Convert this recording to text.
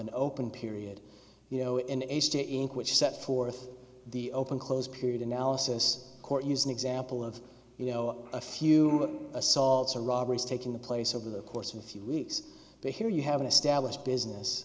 an open period you know in a state in which set forth the open close period analysis court used an example of you know a few assaults or robberies taking the place over the course of a few weeks but here you have an established business